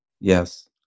yes